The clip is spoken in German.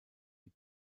die